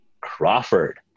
Crawford